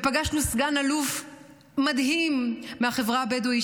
ופגשנו סגן אלוף מדהים מהחברה הבדואית,